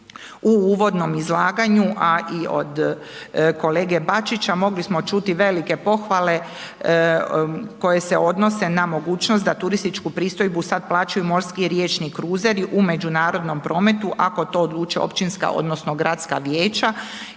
U uvodnom izlaganju a i od kolege Bačića mogli smo čuti velike pohvale koje se odnose na mogućnost da turističku pristojbu sada plaćaju morski riječni kruzeri u međunarodnom prometu ako to odluče općinska odnosno gradska vijeća